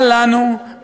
אל לנו,